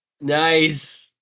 nice